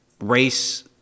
race